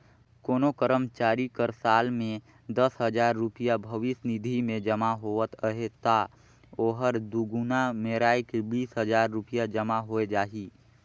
कोनो करमचारी कर साल में दस हजार रूपिया भविस निधि में जमा होवत अहे ता ओहर दुगुना मेराए के बीस हजार रूपिया जमा होए जाही